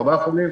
ארבעה חולים,